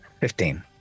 Fifteen